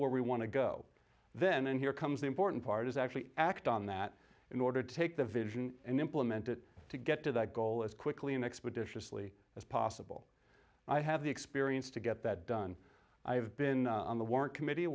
where we want to go then and here comes the important part is actually act on that in order to take the vision and implement it to get to that goal as quickly and expeditiously as possible i have the experience to get that done i have been on the war committee